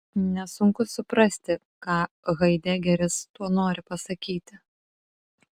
nesunku suprasti ką haidegeris tuo nori pasakyti